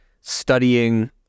studying